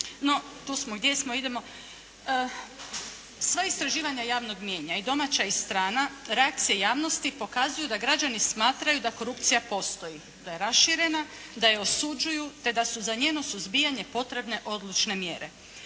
Sva istraživanja javnog mnijenja i domaća i strana, reakcije javnosti pokazuju da građani smatraju da korupcija postoji, da je raširena. Da je osuđuju te da su za njezino suzbijanje potrebne odlučne mjere.